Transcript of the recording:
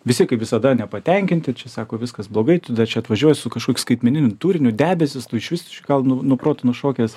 visi kaip visada nepatenkinti čia sako viskas blogai tada čia atvažiuoja su kažkoks skaitmeniniu turiniu debesis tu išvis iš kalno nuo proto nušokęs